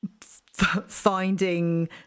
finding